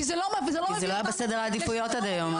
כי זה לא --- כי זה לא היה בשטח העדיפויות עד היום.